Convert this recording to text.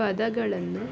ಪದಗಳನ್ನು